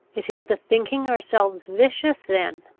it is the thinking ourselves vicious then,